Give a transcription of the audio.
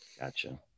gotcha